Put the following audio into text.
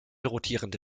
rotierende